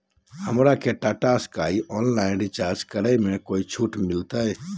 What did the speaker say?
हमरा के Tata Sky online recharge करे में कोई छूट मिलतई